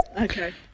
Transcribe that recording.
Okay